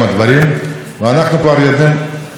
לא יהיו יותר ארובות של תחנות כוח,